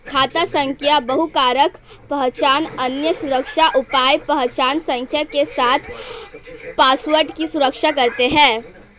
खाता संख्या बहुकारक पहचान, अन्य सुरक्षा उपाय पहचान संख्या के साथ पासवर्ड की सुरक्षा करते हैं